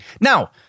Now